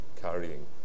carrying